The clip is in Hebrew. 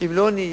אם לא נהיה